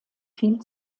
viel